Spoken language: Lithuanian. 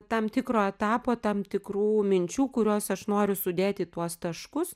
tam tikro etapo tam tikrų minčių kuriuos aš noriu sudėti į tuos taškus